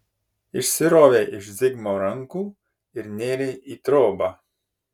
išsirovei iš zigmo rankų ir nėrei į trobą